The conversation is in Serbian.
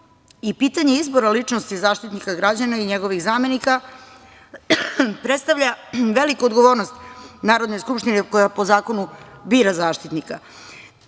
i pitanje izbora ličnosti Zaštitnika građana i njegovih zamenika predstavlja veliku odgovornost Narodne skupštine, koja po zakonu bira Zaštitnika. Slažem